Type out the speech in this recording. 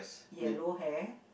yellow hair